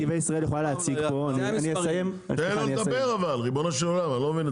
מה זאת אומרת